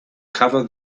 cover